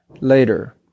later